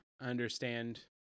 understand